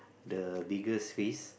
the biggest risk